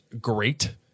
great